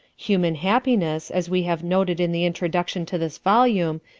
human happiness, as we have noted in the introduction to this volume,